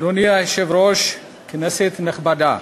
אדוני היושב-ראש, כנסת נכבדה,